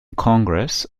congress